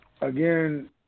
again